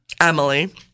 Emily